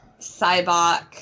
Cybok